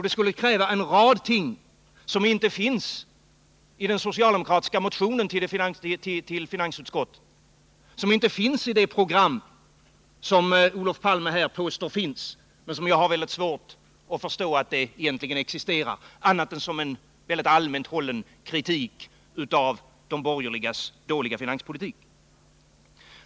Det skulle kräva en rad ting som inte finns i den socialdemokratiska motion som behandlats av finansutskottet och inte heller i det program som Olof Palme här påstår finns — även om jag har svårt att förstå att det existerar annat än som en allmänt hållen kritik av de borgerligas dåliga finanspolitik.